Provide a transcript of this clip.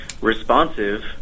Responsive